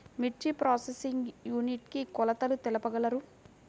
మిర్చి processing unit కి కొలతలు తెలుపగలరు?